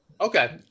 okay